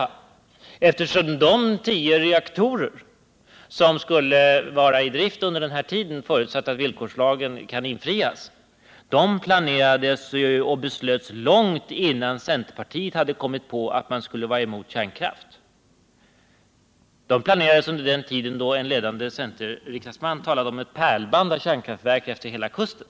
De tio reaktorer som skulle vara i drift under den här tiden — förutsatt att villkorslagen kan infrias — planerades och beslutades långt innan man inom centerpartiet hade kommit på att man skulle vara emot kärnkraft. De planerades under den tid då en ledande centerriksdagsman talade om ett pärlband av kärnkraftverk efter hela kusten.